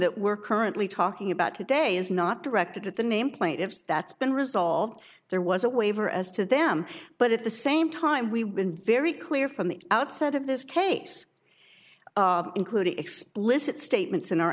that we're currently talking about today is not directed at the nameplate if that's been resolved there was a waiver as to them but at the same time we've been very clear from the outset of this case including explicit statements in our